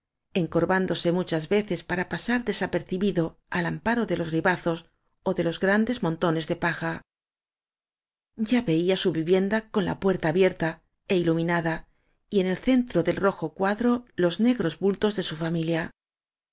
barraca encorvándose muchas veces para pasar desapercibido al amparo de los ribazos ó de los grandes montones de paja ya veía su vivienda con la puerta abierta é iluminada y en el centro del rojo cuadro los negros bultos de su familia